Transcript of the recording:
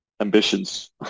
Ambitions